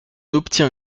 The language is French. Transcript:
obtient